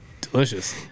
delicious